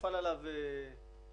נפל עליו שיטפון